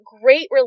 great